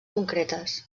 concretes